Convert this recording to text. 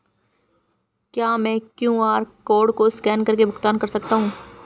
क्या मैं QR code को स्कैन करके भुगतान कर सकता हूं?